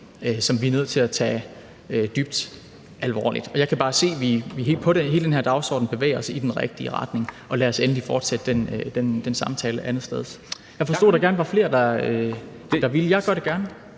som vi er nødt til at tage dybt alvorligt. Jeg kan bare se, at vi på hele den her dagsorden bevæger os i den rigtige retning. Lad os endelig fortsætte den samtale andetsteds. (Formanden (Henrik Dam Kristensen): Tak!) Jeg forstod,